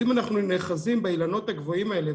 אם אנחנו נאחזים באילנות הגבוהים האלה,